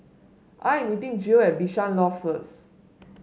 I am meeting Jill at Bishan Loft first